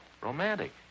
romantic